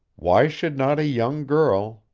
why should not a young girl,